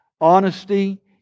Honesty